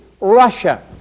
Russia